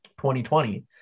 2020